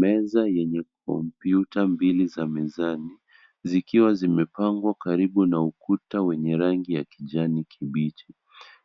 Meza yenye kompyuta mbili za mizani, zikiwa zimepangwa karibu na ukuta wenye rangi ya kijani kibichi.